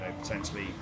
potentially